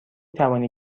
توانی